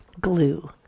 Glue